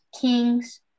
Kings